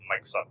Microsoft